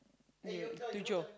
you tujuh